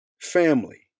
family